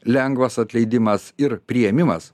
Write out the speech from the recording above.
lengvas atleidimas ir priėmimas